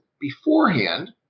beforehand